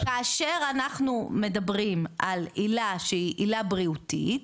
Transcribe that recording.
לכן כאשר אנחנו מדברים על עילה שהיא עילה בריאותית,